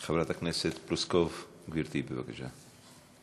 חברת הכנסת פלוסקוב, גברתי, בבקשה.